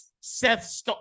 Seth